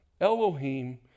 Elohim